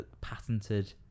patented